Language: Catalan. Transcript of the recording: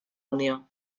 unió